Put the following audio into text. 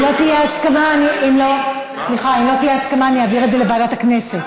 אם לא תהיה הסכמה אני אעביר את זה לוועדת הכנסת,